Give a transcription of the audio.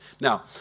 Now